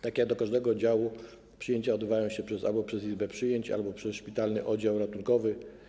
Tak jak do każdego oddziału, przyjęcia odbywają się albo przez izbę przyjęć, albo przez szpitalny oddział ratunkowy.